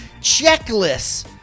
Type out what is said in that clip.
checklists